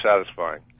satisfying